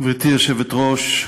גברתי היושבת-ראש,